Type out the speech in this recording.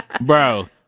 bro